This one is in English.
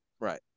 Right